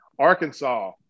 Arkansas